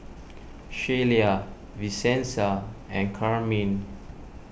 Shelia Vincenza and Carmine